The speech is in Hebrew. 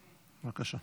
בבקשה.